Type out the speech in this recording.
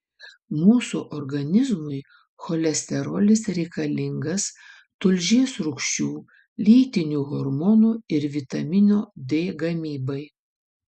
mūsų organizmui cholesterolis reikalingas tulžies rūgščių lytinių hormonų ir vitamino d gamybai